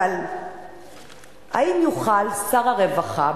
אבל האם יוכל שר הרווחה,